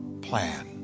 plan